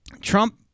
Trump